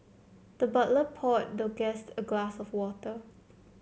the butler poured the guest a glass of water